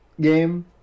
game